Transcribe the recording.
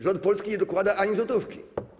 Rząd Polski nie dokłada ani złotówki.